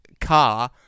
car